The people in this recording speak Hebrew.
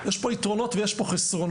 יש פה יתרונות ויש פה חסרונות.